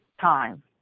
Time